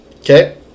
Okay